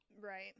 Right